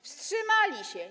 Wstrzymali się.